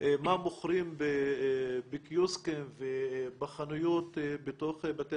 מה מוכרים בקיוסקים ובחנויות בתוך בתי